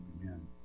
Amen